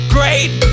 Great